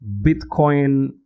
Bitcoin